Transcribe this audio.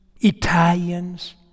Italians